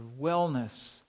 wellness